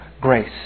grace